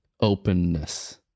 openness